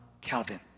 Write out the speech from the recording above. Calvin